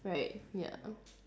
right ya